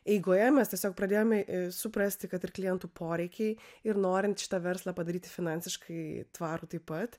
eigoje mes tiesiog pradėjome suprasti kad ir klientų poreikiai ir norint šitą verslą padaryti finansiškai tvarų taip pat